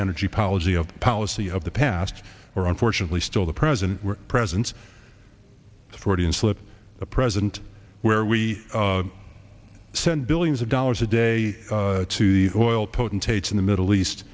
energy policy of policy of the past or unfortunately still the president presents the fortean slip a president where we send billions of dollars a day to the oil potentates in the middle east